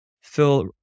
fill